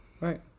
right